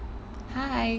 hi